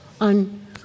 on